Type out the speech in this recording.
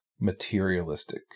materialistic